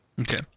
Okay